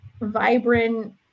vibrant